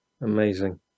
amazing